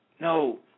No